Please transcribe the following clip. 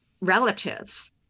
relatives